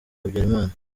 habyarimana